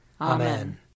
Amen